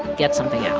get something out,